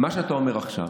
מה שאתה אומר עכשיו,